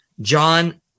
John